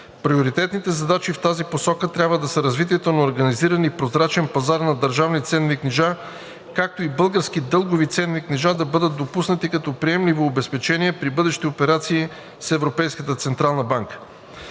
Приоритетните задачи в тази посока трябва да са развитието на организиран и прозрачен пазар на държавни ценни книжа, както и български дългови ценни книжа да бъдат допуснати като приемливо обезпечение при бъдещи операции с Европейската централна банка.